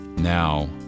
Now